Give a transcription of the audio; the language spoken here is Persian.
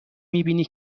میبینی